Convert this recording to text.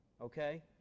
okay